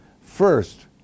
First